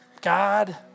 God